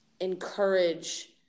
encourage